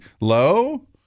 low